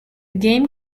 game